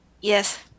Yes